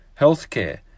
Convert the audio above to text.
healthcare